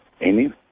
Amy